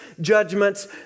Judgments